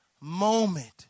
moment